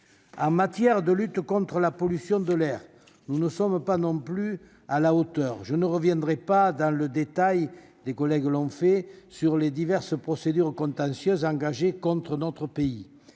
En matière de lutte contre la pollution de l'air, nous ne sommes pas non plus à la hauteur. Je ne reviens pas en détail sur les diverses procédures contentieuses engagées contre notre pays-